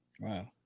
Wow